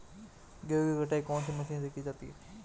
गेहूँ की कटाई कौनसी मशीन से की जाती है?